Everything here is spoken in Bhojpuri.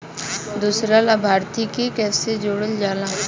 दूसरा लाभार्थी के कैसे जोड़ल जाला?